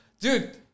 dude